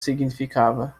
significava